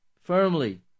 firmly